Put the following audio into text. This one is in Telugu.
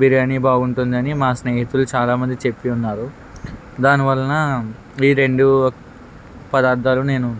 బిర్యానీ బాగుంటుందని మా స్నేహితులు చాలామంది చెప్పియున్నారు దాని వలన ఈ రెండు పదార్థాలు నేను